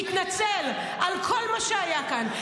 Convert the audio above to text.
תתנצל על כל מה שהיה כאן.